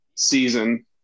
season